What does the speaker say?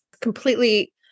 completely